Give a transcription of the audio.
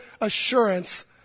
assurance